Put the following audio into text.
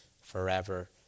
forever